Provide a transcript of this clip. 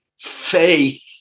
faith